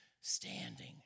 standing